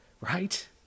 right